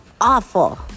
awful